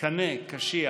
קנה קשיח